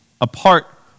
apart